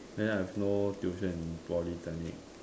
then I have no tuition in Polytechnic